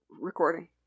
recording